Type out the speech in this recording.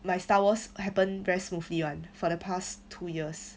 my star wars happen very smoothly one for the past two years